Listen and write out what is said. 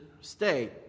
stay